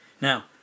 Now